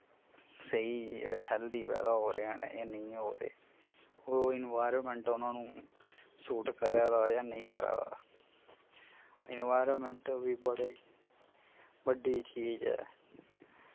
स्हेई हैल्दी पैदा हरे हैन जां नेईं होरे न और इनबाईरामैंट उनां नू सूट करा दा जां नेईं करा दा इनबाईरामैंट बी बड़ी बड्डी चीज ऐ